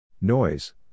Noise